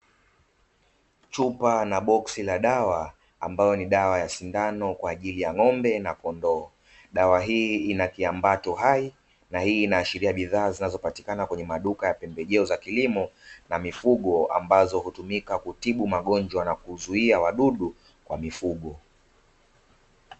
Chupa na boksi la dawa, ambayo ni dawa ya sindano kwa ajili ya ng’ombe na kondoo, dawa hii ina kiambato hai na hii inaashiria bidhaa zinazopatikana kwenye maduka ya pembejeo za kilimo na mifugo, ambazo hutumika kutibu magonjwa na kuzuia wadudu kwa mifugo.